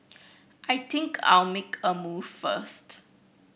I think I'll make a move first